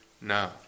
no